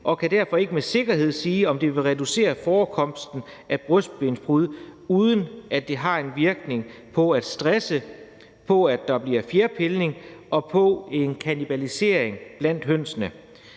og derfor ikke med sikkerhed kan sige, om det vil reducere forekomsten af brystbensbrud, uden at det har en virkning med hensyn til stress og fjerpilning og med hensyn til en kannibalisering blandt hønsene.